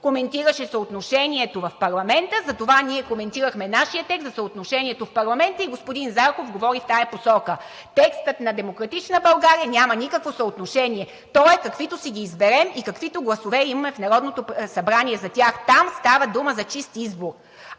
коментираше съотношението в парламента. Затова ние коментирахме нашия текст за съотношението в парламента и господин Зарков говори в тази посока. В текста на „Демократична България“ няма никакво съотношение. Той е, каквито си ги изберем и каквито гласове имаме в Народното събрание за тях. Там става дума за чист избор,